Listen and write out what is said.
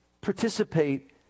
participate